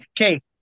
Okay